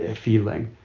ah feeling.